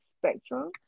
spectrum